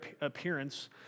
appearance